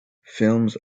films